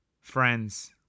Friends